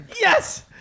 Yes